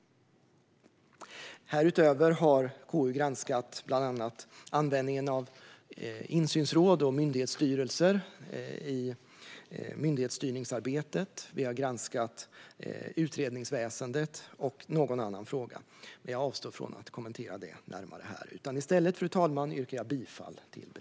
Härutöver har KU granskat bland annat användningen av insynsråd och myndighetsstyrelser i myndighetsstyrningsarbetet. Vi har granskat utredningsväsendet och någon annan fråga. Men jag avstår från att kommentera det närmare.